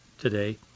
today